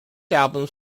albums